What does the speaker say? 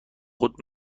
خود